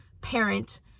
parent